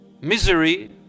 misery